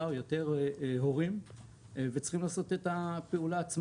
או יותר הורים וצריכים לעשות את הפעולה עצמה.